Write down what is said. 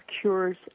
cures